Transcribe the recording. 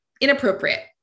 inappropriate